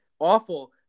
awful